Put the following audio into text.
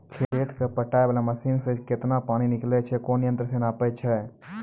खेत कऽ पटाय वाला मसीन से केतना पानी निकलैय छै कोन यंत्र से नपाय छै